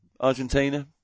Argentina